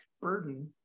burden